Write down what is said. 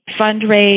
fundraise